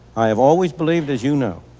i have always believed, as you know,